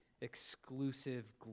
exclusive